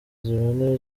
ziboneye